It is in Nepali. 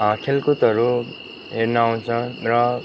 खेलकुदहरू हेर्न आउँछ र